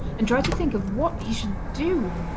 and tried to think of what he should do.